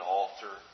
altar